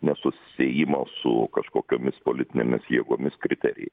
nesusisiejimo su kažkokiomis politinėmis jėgomis kriterijai